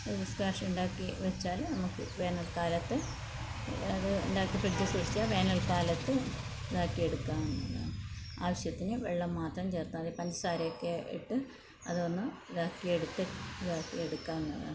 ഒരു സ്ക്വാഷ് ഉണ്ടാക്കി വെച്ചാൽ നമ്മൾക്ക് വേനൽക്കാലത്ത് അതു ഉണ്ടാക്കി ഫ്രിഡ്ജിൽ സൂക്ഷിച്ചാൽ വേനൽക്കാലത്ത് ഇതാക്കി എടുക്കാവുന്നതാണ് ആവശ്യത്തിന് വെള്ളം മാത്രം ചേർത്താൽ മതി പഞ്ചസാരയൊക്കെ ഇട്ട് അത് ഒന്ന് ഇതാക്കി എടുത്ത് ഇതാക്കി എടുക്കാവുന്നതാണ്